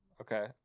Okay